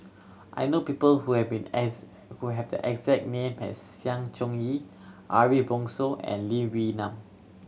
I know people who have been as who have the exact name as Sng Choon Yee Ariff Bongso and Lee Wee Nam